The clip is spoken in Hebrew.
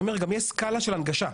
גם יש סקאלה של הנגשה.